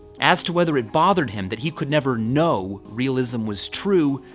as to whether it bothered him that he could never know realism was true,